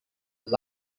that